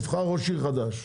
נבחר ראש עיר חדש.